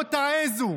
שלא תעזו.